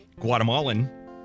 Guatemalan